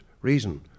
reason